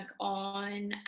on